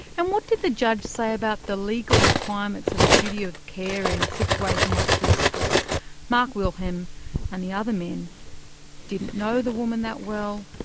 and what did the judge say about the legal requirements of a duty of care in a situation like this, where mark wilhelm and the other men didn't know the woman that well,